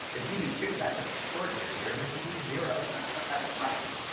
if you do two that's an extraordinary year, and if you do zero that's not that surprising,